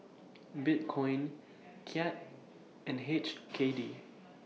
Bitcoin Kyat and H K D